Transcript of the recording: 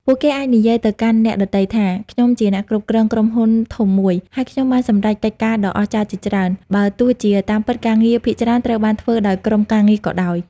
ពួកគេអាចនិយាយទៅកាន់អ្នកដទៃថា ខ្ញុំជាអ្នកគ្រប់គ្រងក្រុមហ៊ុនធំមួយ ហើយខ្ញុំបានសម្រេចកិច្ចការដ៏អស្ចារ្យជាច្រើន បើទោះជាតាមពិតការងារភាគច្រើនត្រូវបានធ្វើដោយក្រុមការងារក៏ដោយ។